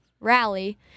rally